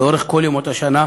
לאורך כל ימות השנה,